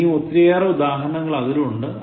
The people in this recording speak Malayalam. ഇനിയും ഒത്തിരിയേറെ ഉദാഹരണങ്ങൾ അതിലുണ്ട്